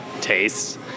tastes